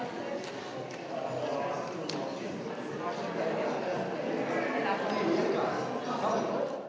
Hvala